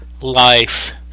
life